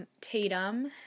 Tatum